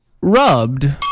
Rubbed